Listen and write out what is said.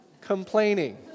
complaining